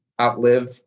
outlive